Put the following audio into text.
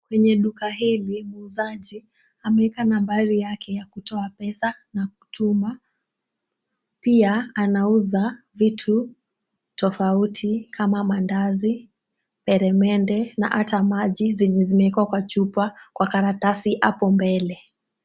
Kwenye duka hili muuzaji ameeka nambari yake ya kutoa pesa na kutuma pia anauza vitu tofauti kama mandazi, peremende na ata maji zenye zimeekwa kwa chupa ,kwa karatasi hapo mbele.